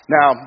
Now